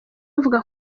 avuga